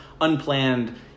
unplanned